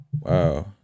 Wow